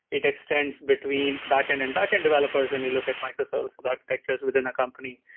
it extends between backend and backend developers when you look at microservices architectures within a company.